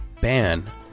ban